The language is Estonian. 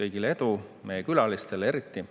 kõigile edu, meie külalistele eriti.